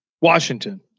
Washington